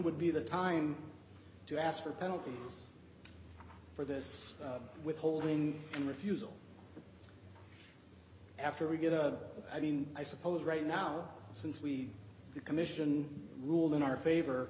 would be the time to ask for a penalty for this withholding a refusal after we get a i mean i suppose right now since we the commission ruled in our favor